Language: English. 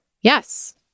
yes